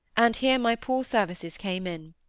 and here my poor services came in.